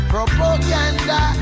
Propaganda